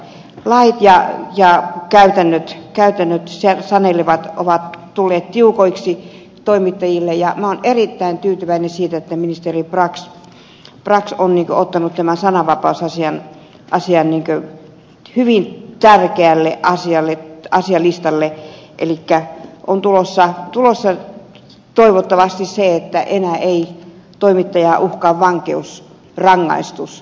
lait ja käytännöt sanelevat ovat tulleet tiukoiksi toimittajille ja minä olen erittäin tyytyväinen siitä että ministeri brax on ottanut tämän sananvapausasian hyvin tärkeänä asialistalle elikkä on tulossa toivottavasti se että enää ei toimittajaa uhkaa vankeusrangaistus